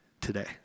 today